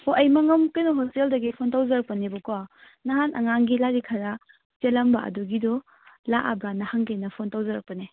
ꯑꯣ ꯑꯩ ꯃꯉꯝ ꯀꯩꯅꯣ ꯍꯣꯁꯇꯦꯜꯗꯒꯤ ꯐꯣꯟ ꯇꯧꯖꯔꯛꯄꯅꯦꯕꯀꯣ ꯅꯍꯥꯟ ꯑꯉꯥꯡꯒꯤ ꯂꯥꯏꯔꯤꯛ ꯈꯔ ꯆꯦꯜꯂꯝꯕ ꯑꯗꯨꯒꯤꯗꯣ ꯂꯥꯛꯂꯕ꯭ꯔꯅ ꯍꯪꯒꯦꯅ ꯐꯣꯟ ꯇꯧꯖꯔꯛꯄꯅꯦ